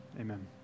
amen